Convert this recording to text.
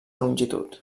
longitud